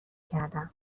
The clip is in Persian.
کردم